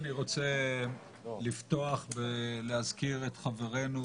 אני רוצה לפתוח ולהזכיר את חברנו,